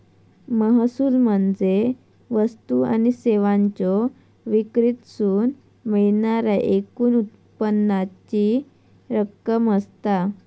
महसूल म्हणजे वस्तू आणि सेवांच्यो विक्रीतसून मिळणाऱ्या एकूण उत्पन्नाची रक्कम असता